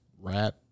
rap